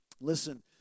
Listen